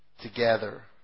Together